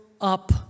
up